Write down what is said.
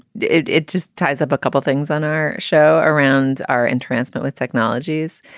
it it just ties up a couple of things on our show around our and transmit with technologies.